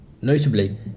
Notably